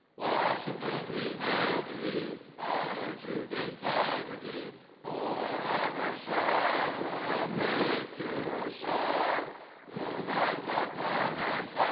washington we hail to thee honor, truth, integrity forever shine from lake to shore your light ah upon us